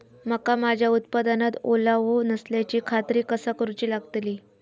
मका माझ्या उत्पादनात ओलावो नसल्याची खात्री कसा करुची लागतली?